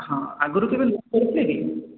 ହଁ ଆଗରୁ କେବେ ଲୋନ୍ କରିଥିଲେ କି